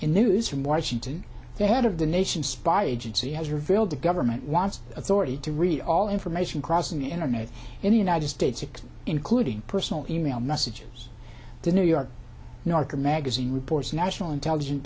in news from washington the head of the nation's spy agency has revealed the government wants authority to read all information crossing the internet in the united states including personal e mail messages the new york new yorker magazine reports national intelligen